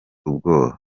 ubwoba